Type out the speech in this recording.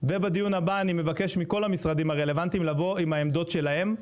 בדיון הבא אני מבקש מכל המשרדים הרלוונטיים לבוא עם העמדות שלהם.